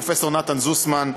פרופסור נתן זוסמן,